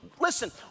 Listen